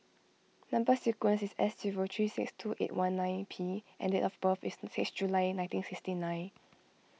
Number Sequence is S zero three six two eight one nine P and date of birth is six July nineteen sixty nine